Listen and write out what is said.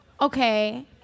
okay